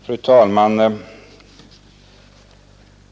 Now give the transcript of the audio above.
Fru talman!